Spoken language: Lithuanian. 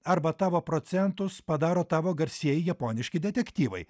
arba tavo procentus padaro tavo garsieji japoniški detektyvai